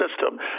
system